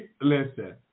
Listen